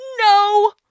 No